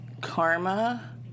Karma